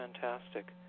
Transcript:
fantastic